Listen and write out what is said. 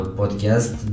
podcast